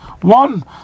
One